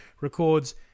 records